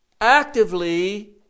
actively